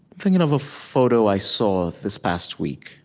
thinking of a photo i saw, this past week,